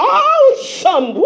awesome